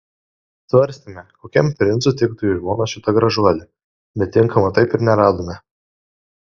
svarstėme kokiam princui tiktų į žmonas šita gražuolė bet tinkamo taip ir neradome